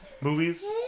movies